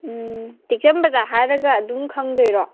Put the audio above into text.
ꯎꯝ ꯇꯦꯛꯆꯝ ꯕꯖꯥꯔ ꯍꯥꯏꯔꯒ ꯑꯗꯨꯝ ꯈꯪꯗꯣꯏꯔꯣ